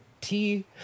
tea